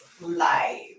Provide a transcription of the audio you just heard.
live